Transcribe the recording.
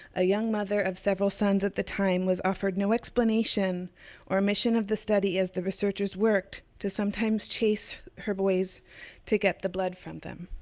a young mother of several sons at the time, was offered no explanation or mission of the study as the researchers worked to sometimes chase her boys to get the blood from them.